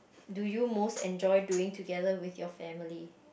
do you most enjoy doing together with your family